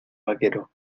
vaquero